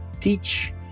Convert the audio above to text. teach